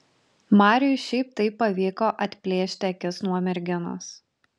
mariui šiaip taip pavyko atplėšti akis nuo merginos